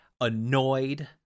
annoyed